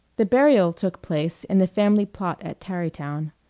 the burial took place in the family plot at tarrytown.